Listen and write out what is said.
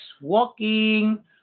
walking